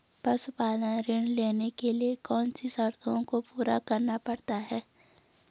पशुपालन ऋण लेने के लिए कौन सी शर्तों को पूरा करना पड़ता है?